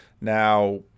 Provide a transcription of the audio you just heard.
Now